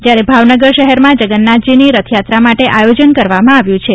જ્યારે ભાવનગર શહેરમાં જગન્નાથજીની રથયાત્રા માટે આયોજન કરવામાં આવ્યું છે